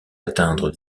atteindre